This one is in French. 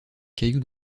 cailloux